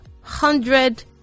hundred